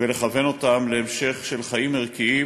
ולכוון אותם להמשך של חיים ערכיים,